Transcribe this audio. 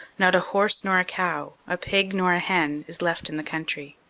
not a horse nor a cow, a pig nor a hen, is left in the country.